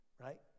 right